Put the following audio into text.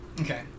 Okay